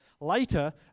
Later